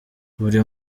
buri